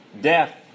death